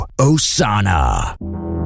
Osana